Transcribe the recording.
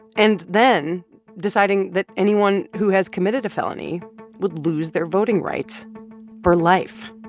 and then deciding that anyone who has committed a felony would lose their voting rights for life.